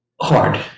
hard